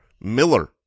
Miller